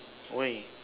why